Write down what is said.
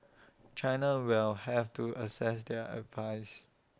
China will have to assess their advice